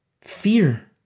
fear